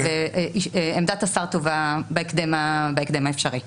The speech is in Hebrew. עמדת השר תובא בהקדם האפשרי.